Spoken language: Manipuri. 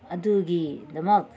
ꯑꯗꯨꯒꯤꯗꯃꯛ